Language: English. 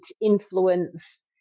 influence